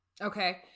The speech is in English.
Okay